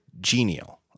genial